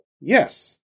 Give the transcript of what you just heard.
Yes